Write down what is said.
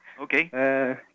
Okay